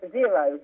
zero